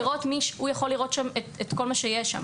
הוא יכול לראות את כל מה שיש שם.